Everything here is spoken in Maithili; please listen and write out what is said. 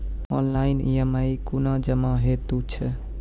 ऑनलाइन ई.एम.आई कूना जमा हेतु छै?